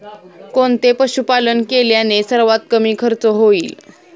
कोणते पशुपालन केल्याने सर्वात कमी खर्च होईल?